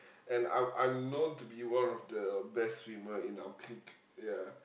and I'm I'm known to be one of the best swimmer in our clique ya